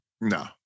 No